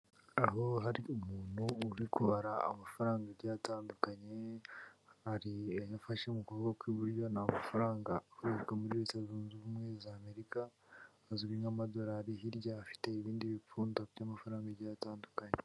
Aho hari umuntu uri kubara amafaranga agiye atandukanye, hari ayo afashe mu kuboko kw'iburyo, ni amafaranga akorerwa muri Leta zunze Ubumwe za Amerika, azwi nk'amadolari, hirya afite ibindi bipfundo by'amafaranga agiye atandukanye.